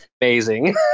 amazing